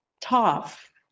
tough